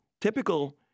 typical